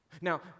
Now